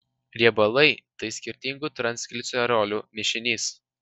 riebalai tai skirtingų triacilglicerolių mišinys